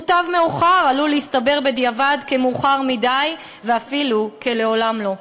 'מוטב מאוחר' עלול להסתבר בדיעבד כמאוחר מדי ואפילו כ'לעולם לא'.